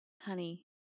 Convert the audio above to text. Honey